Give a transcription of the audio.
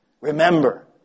Remember